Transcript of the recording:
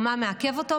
או מה מעכב אותו.